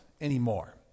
anymore